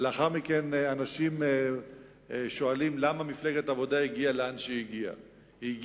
לאחר מכן אנשים שואלים למה מפלגת העבודה הגיעה לאן שהיא הגיעה.